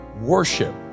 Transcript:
worship